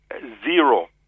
zero